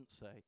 say